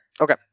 Okay